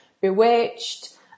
Bewitched